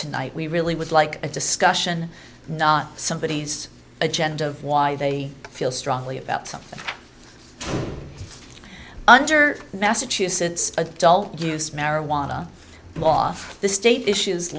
tonight we really would like a discussion not somebodies agenda of why they feel strongly about something under massachusetts adult use marijuana law the state issues